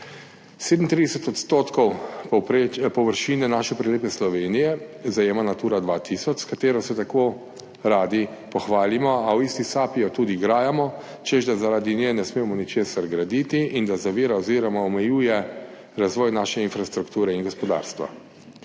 37 % površine naše prelepe Slovenije zajema Natura 2000, s katero se tako radi pohvalimo, a v isti sapi jo tudi grajamo, češ da zaradi nje ne smemo ničesar graditi in da zavira oziroma omejuje razvoj naše infrastrukture in gospodarstva.